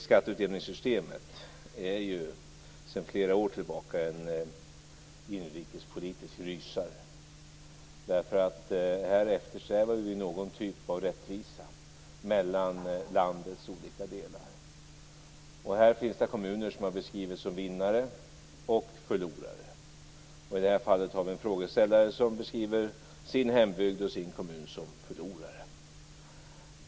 Skatteutjämningssystemet är ju sedan flera år tillbaka en inrikespolitisk rysare, därför att här eftersträvar vi någon typ av rättvisa mellan landets olika delar. Här finns kommuner som har beskrivits som vinnare och som förlorare. I det här fallet har vi en frågeställare som beskriver sin hembygd och sin kommun som förlorare.